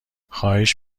خواهش